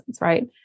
right